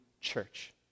church